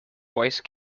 voice